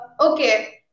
okay